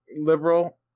liberal